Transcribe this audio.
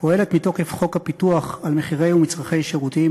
פועלת מתוקף חוק פיקוח על מחירי מצרכים ושירותים,